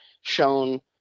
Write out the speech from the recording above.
shown